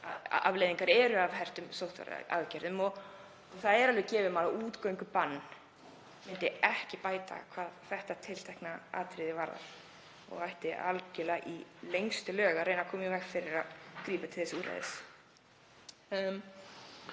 hliðarverkanirnar af hertum sóttvarnaaðgerðum eru. Það er alveg gefið mál að útgöngubann myndi ekkert bæta hvað þetta tiltekna atriði varðar og það ætti algjörlega í lengstu lög að reyna að koma í veg fyrir að gripið sé til þess úrræðis.